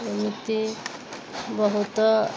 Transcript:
ଏମିତି ବହୁତ